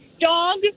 dog